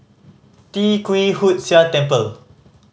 Tee Kwee Hood Sia Temple